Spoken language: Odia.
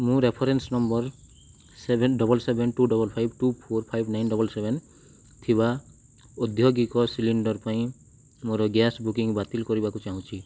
ମୁଁ reference number seven double seven two double five two four five nine double seven ଥିବା ଉଦ୍ୟୋଗିକ ସିଲିଣ୍ଡର୍ ପାଇଁ ମୋର ଗ୍ୟାସ୍ ବୁକିଙ୍ଗ ବାତିଲ କରିବାକୁ ଚାହୁଁଛି